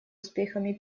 успехами